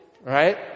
right